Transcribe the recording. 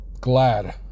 glad